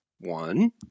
One